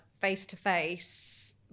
face-to-face